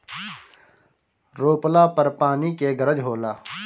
रोपला पर पानी के गरज होला